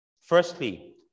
Firstly